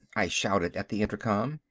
i shouted at the intercom.